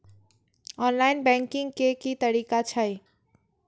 Online banking के की तरीका छै?